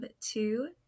two